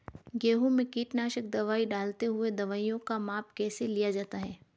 गेहूँ में कीटनाशक दवाई डालते हुऐ दवाईयों का माप कैसे लिया जाता है?